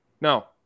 No